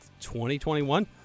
2021